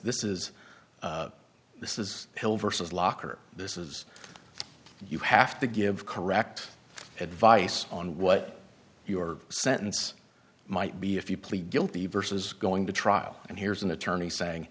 this is this is hell versus locker this is you have to give correct advice on what your sentence might be if you plead guilty versus going to trial and here's an attorney saying